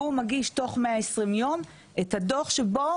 והוא מגיש בתוך 120 ימים את הדו"ח שבו